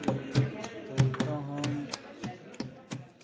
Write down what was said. तब हम कहलहुॅं कोना वापस हेतै तब हम फेर सऽ